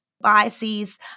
biases